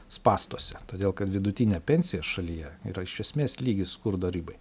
spąstuose todėl kad vidutinė pensija šalyje yra iš esmės lygi skurdo ribai